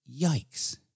Yikes